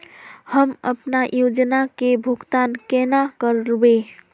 हम अपना योजना के भुगतान केना करबे?